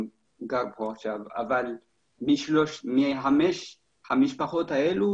אבל חמש המשפחות האלה,